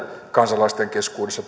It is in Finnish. kansalaisten keskuudessa